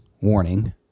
Warning